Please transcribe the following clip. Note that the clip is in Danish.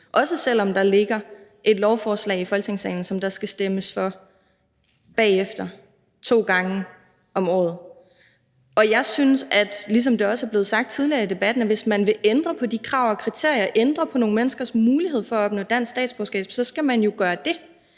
også selv om der ligger et lovforslag i Folketingssalen, der skal stemmes for bagefter to gange om året. Og jeg synes, ligesom det også er blevet sagt tidligere i debatten, at hvis man vil ændre på de krav og kriterier, ændre på nogle menneskers mulighed for at opnå dansk statsborgerskab, skal man jo gøre det